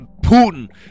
Putin